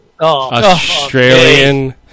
Australian